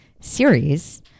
series